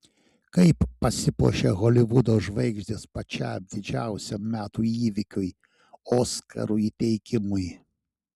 kaip pasipuošia holivudo žvaigždės pačiam didžiausiam metų įvykiui oskarų įteikimui